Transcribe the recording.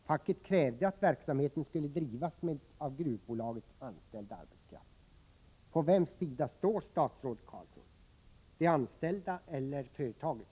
Facket krävde att verksamheten skulle drivas med av gruvbolaget anställd arbetskraft. På vems sida står statsrådet Carlsson — de anställdas eller företagets?